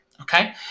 Okay